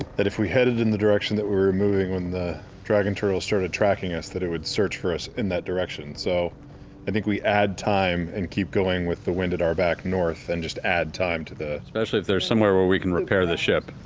that if we headed in the direction that we were moving when the dragon turtle started tracking us, that it would search for us in that direction. so i think we add time and keep going with the wind at our back, north, and just add time to the taliesin especially if there's somewhere where we can repair the ship.